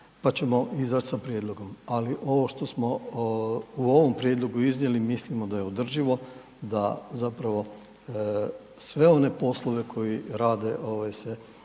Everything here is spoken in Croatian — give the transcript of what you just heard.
pa ćemo izaći sa prijedlogom. Ali ovo što smo u ovom prijedlogu iznijeli mislimo da je održivo da zapravo sve one poslove koji rade se